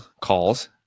calls